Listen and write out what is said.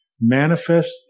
manifest